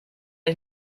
ich